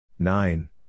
Nine